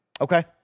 Okay